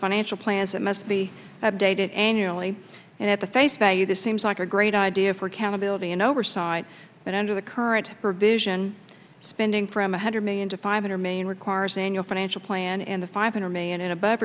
financial plans that must be updated annually and at the face value this seems like a great idea for accountability and oversight but under the current provision spending from a hundred million to five hundred million requires an annual financial plan and the five hundred million and above